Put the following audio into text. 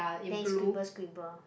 then scribble scribble